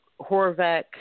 Horvath